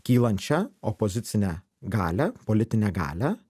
kylančią opozicinę galią politinę galią